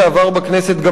דין רציפות זה עבר בכנסת.